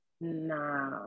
Nah